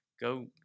go